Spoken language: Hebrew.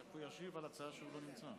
איך הוא ישיב על הצעה כשהוא לא נמצא?